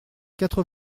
quatre